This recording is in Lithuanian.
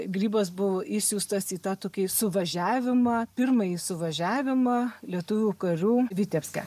grybas buvo išsiųstas į tą tokį suvažiavimą pirmąjį suvažiavimą lietuvių karių vitebske